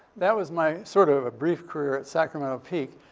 that was my sort of a brief career at sacramento peak.